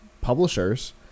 publishers